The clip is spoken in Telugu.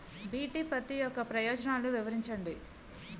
బి.టి పత్తి యొక్క ప్రయోజనాలను వివరించండి?